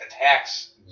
attacks